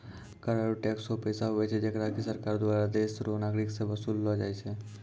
कर आरू टैक्स हौ पैसा हुवै छै जेकरा की सरकार दुआरा देस रो नागरिक सं बसूल लो जाय छै